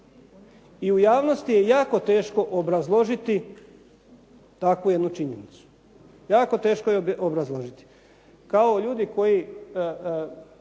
I u javnosti je jako teško obrazložiti takvu jednu činjenicu. Jako teško je obrazložiti. Kao ljudi koji